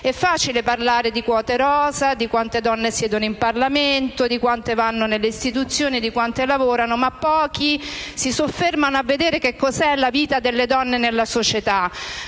infatti parlare di quote rosa, di quante donne siedono in Parlamento, di quante sono presenti nelle istituzioni e di quante lavorano, ma pochi si soffermano a vedere cosa sia la vita delle donne nella società.